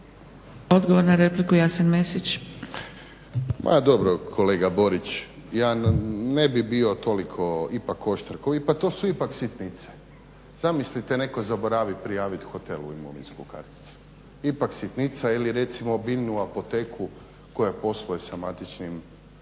Mesić. **Mesić, Jasen (HDZ)** Pa dobro kolega Borić ja ne bih bio toliko ipak oštar kao vi, pa to su ipak sitnice. Zamislite netko zaboravi prijaviti hotel u imovinsku karticu, ipak sitnica. Ili recimo biljnu apoteku koja posluje sa matičnim